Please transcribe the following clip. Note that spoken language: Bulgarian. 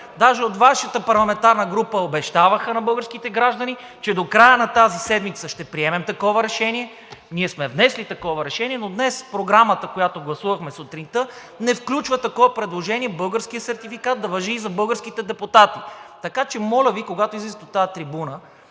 Даже от Вашата парламентарна група обещаваха на българските граждани, че до края на тази седмица ще приемем такова решение. Ние сме внесли такова решение, но днес Програмата, която гласувахме сутринта, не включва предложение българският сертификат да важи и за българските депутати. Така че, моля Ви, когато излизате на тази трибуна